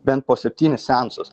bent po septynis seansus